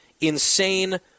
insane